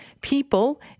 people